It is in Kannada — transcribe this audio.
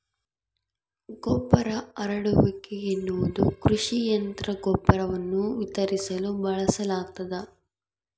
ಗೊಬ್ಬರ ಹರಡುವಿಕೆ ಎನ್ನುವುದು ಕೃಷಿ ಯಂತ್ರ ಗೊಬ್ಬರವನ್ನು ವಿತರಿಸಲು ಬಳಸಲಾಗ್ತದ